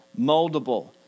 moldable